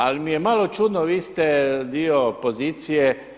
Ali mi je malo čudno, vi ste dio pozicije.